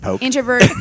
Introvert